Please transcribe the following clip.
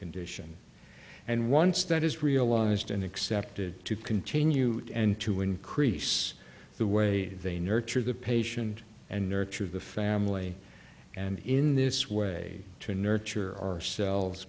condition and once that is realized and accepted to continue to increase the way they nurture the patient and nurture the family and in this way to nurture ourselves